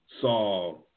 saw